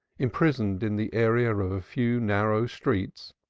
imprisoned in the area of a few narrow streets,